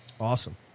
Awesome